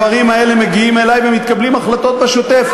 הדברים האלה מגיעים אלי ומתקבלות החלטות בשוטף.